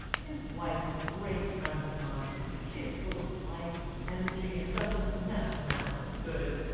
his wife is a great friend of mine she is full of life and energy, and does an immense amount of good.